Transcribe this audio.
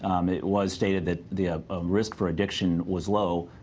it was stated that the risk for addiction was low.